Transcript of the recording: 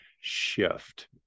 shift